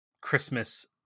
Christmas